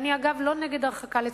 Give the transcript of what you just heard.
אגב, אני לא נגד הרחקה לצמיתות.